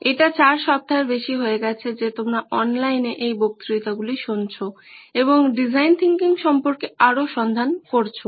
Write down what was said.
এটা 4 সপ্তাহের বেশি হয়ে গেছে যে তোমরা অনলাইনে এই বক্তৃতাগুলি শুনছো এবং ডিজাইন থিংকিং সম্পর্কে আরও সন্ধান করেছো